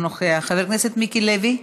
אינו נוכח, חבר הכנסת מיקי לוי,